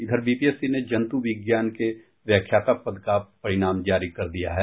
इधर बीपीएससी ने जंतु विज्ञान का व्याख्यता पद का परिणाम जारी कर दिया है